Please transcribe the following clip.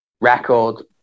Record